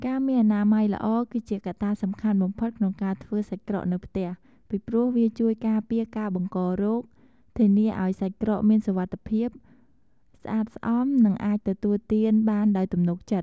ការមានអនាម័យល្អ គឺជាកត្តាសំខាន់បំផុតក្នុងការធ្វើសាច់ក្រកនៅផ្ទះ ពីព្រោះវាជួយការពារការបង្ករោគ ធានាឱ្យសាច់ក្រកមានសុវត្ថិភាព ស្អាតស្អំ និងអាចទទួលទានបានដោយទំនុកចិត្ត។